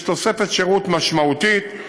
יש תוספת שירות משמעותית.